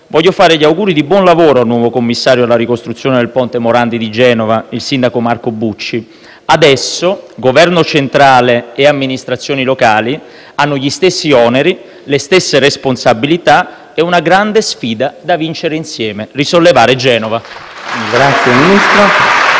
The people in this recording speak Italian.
voglio fare gli auguri di buon lavoro al nuovo commissario per la ricostruzione del ponte Morandi di Genova, il sindaco Marco Bucci. Adesso Governo centrale e amministrazioni locali hanno gli stessi oneri, le stesse responsabilità e una grande sfida da vincere insieme: risollevare Genova. *(Applausi